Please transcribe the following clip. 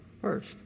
first